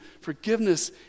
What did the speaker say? forgiveness